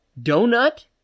Donut